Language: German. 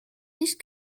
nicht